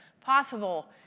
possible